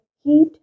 heat